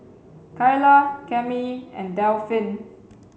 kylah Cammie and Delphin